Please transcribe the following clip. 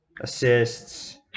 Assists